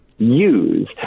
Use